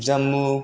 Jammu